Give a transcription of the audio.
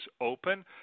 open